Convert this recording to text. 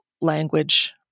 language